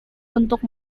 untuk